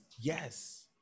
yes